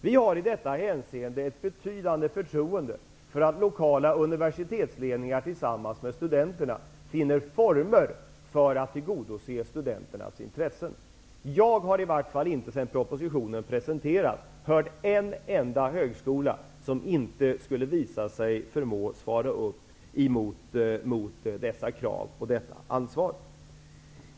Vi har i detta hänseende ett betydande förtroende för att lokala universitetsledningar tillsammans med studenterna finner former för att tillgodose studenternas intressen. Jag har i varje fall inte sedan propositionen presenterades hört en enda högskola som inte skulle visa sig förmå svara upp mot dessa krav och detta ansvar.